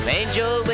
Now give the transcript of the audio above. angel